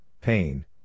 pain